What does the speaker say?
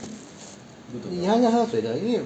你还是要喝水的因为